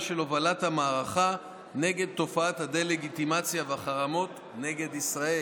של הובלת המערכה נגד תופעת הדה-לגיטימציה והחרמות נגד ישראל.